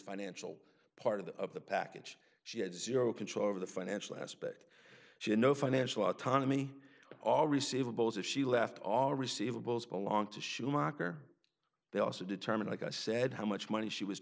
financial part of the of the package she had zero control over the financial aspect she had no financial autonomy all receivables that she left all receivables belonged to schumacher they also determine like i said how much money she was